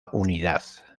unidad